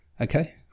Okay